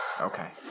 Okay